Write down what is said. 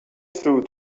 through